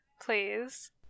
Please